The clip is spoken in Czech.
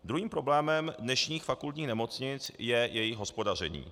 Druhým problémem dnešních fakultních nemocnic je jejich hospodaření.